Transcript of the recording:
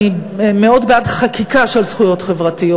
אני מאוד בעד חקיקה של זכויות חברתיות.